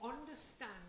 understand